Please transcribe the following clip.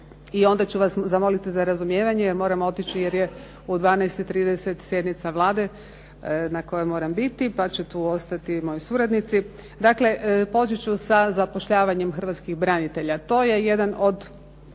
i onda ću vas zamoliti za razumijevanje, jer moram otići jer je u 12,30 sjednica Vlade na kojoj moram biti, pa će tu ostati moji suradnici. Dakle, poći ću sa zapošljavanjem hrvatskih branitelja. To je jedan od